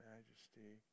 Majesty